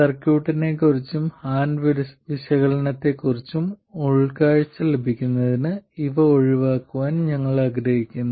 സർക്യൂട്ടിനെക്കുറിച്ചും hand വിശകലനത്തെക്കുറിച്ചും കുറച്ച് ഉൾക്കാഴ്ച ലഭിക്കുന്നതിന് ഇവ ഒഴിവാക്കാൻ ഞങ്ങൾ ആഗ്രഹിക്കുന്നു